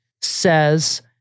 says